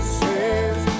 says